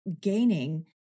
gaining